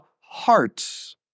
hearts